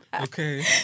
Okay